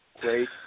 great